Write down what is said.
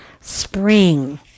spring